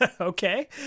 Okay